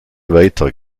weiter